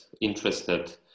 interested